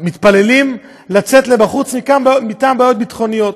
למתפללים לצאת החוצה בשל בעיות ביטחוניות.